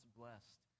blessed